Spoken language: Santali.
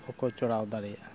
ᱦᱚᱠᱚ ᱪᱚᱲᱟᱣ ᱫᱟᱲᱮᱭᱟᱜᱼᱟ